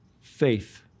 Faith